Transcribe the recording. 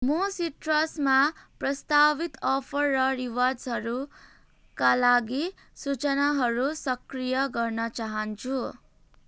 म सिट्रसमा प्रस्तावित अफर र रिवार्ड्सहरूका लागि सूचनाहरू सक्रिय गर्न चाहन्छु